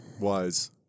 wise